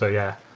ah yeah,